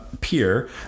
peer